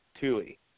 Tui